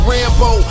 Rambo